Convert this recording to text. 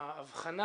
מהאבחנה